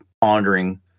pondering